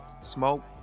smoke